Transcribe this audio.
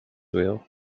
will